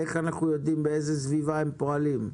איך אנחנו יודעים באיזו סביבה הם פועלים?